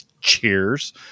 cheers